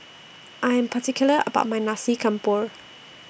I Am particular about My Nasi Campur